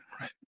right